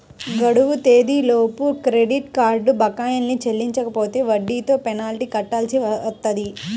గడువు తేదీలలోపు credit card బకాయిల్ని చెల్లించకపోతే వడ్డీతో పెనాల్టీ కట్టాల్సి వత్తది